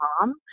mom